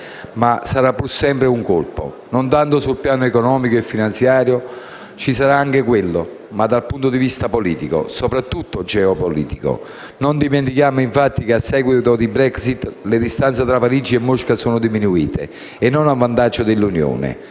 ma sarà pur sempre un colpo, non tanto sul piano economico e finanziario - ci sarà anche quello - ma dal punto di vista politico, soprattutto geopolitico. Non dimentichiamo, infatti, che a seguito di Brexit le distanze tra Parigi e Mosca sono diminuite e non a vantaggio dell'Unione.